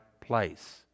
place